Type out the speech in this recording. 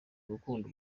gukunda